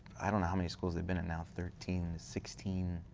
i don't know how many schools they've been in now. thirteen, sixteen,